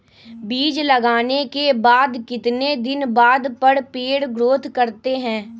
बीज लगाने के बाद कितने दिन बाद पर पेड़ ग्रोथ करते हैं?